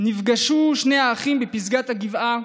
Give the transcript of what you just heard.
נפגשו שני האחים בפסגת הגבעה.